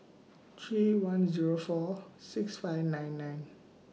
three one Zero four six five nine nine